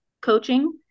coaching